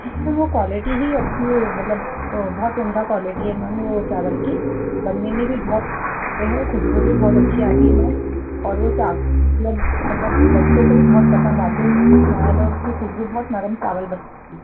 इसमें वह क्वालिटी अच्छी है मतलब वह बहुत उम्दा क्वालिटी है मैम वह चावल की बनने में भी बहुत अच्छे हैं खुशबू भी बहुत अच्छी आती है मैम और वह चावल मतलब मतलब बच्चों को भी बहुत पसंद आते हैं उसकी स्मेल और उसकी खुशबू बहुत नर्म चावल